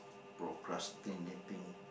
procrastinating